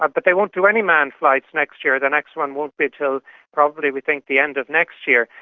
ah but they won't do any manned flights next year. the next one won't be until probably we think the end of next year.